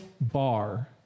bar